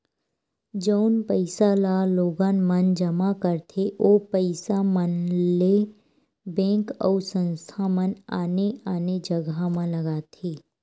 जउन पइसा ल लोगन मन जमा करथे ओ पइसा मन ल ऐ बेंक अउ संस्था मन आने आने जघा म लगाथे